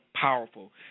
powerful